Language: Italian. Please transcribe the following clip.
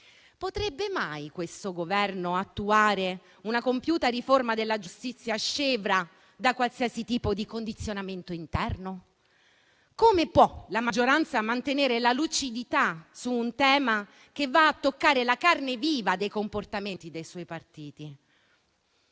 Potrebbe mai questo Governo attuare una compiuta riforma della giustizia scevra da qualsiasi tipo di condizionamento interno? Come può la maggioranza mantenere la lucidità su un tema che va a toccare la carne viva dei comportamenti dei suoi partiti?